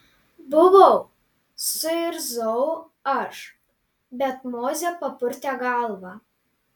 buvau suirzau aš bet mozė papurtė galvą